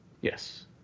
Yes